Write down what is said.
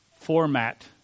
format